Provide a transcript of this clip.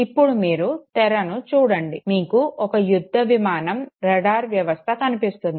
ఇప్పుడు మీరు తెరను చూడండి మీకు ఒక యుద్ధ విమానం రాడార్ వ్యవస్థ కనిపిస్తుంది